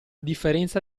differenza